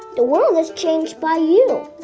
the world is changed by you!